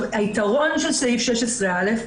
היתרון של סעיף 16א,